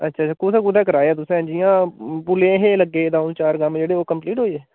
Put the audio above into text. अच्छा कुत्थें कुत्थें कराए तुसें जियां पुलै हे लग्गे दे द'ऊं चार कम्म जेह्ड़े ओह् कम्पलीट होई गे